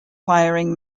firing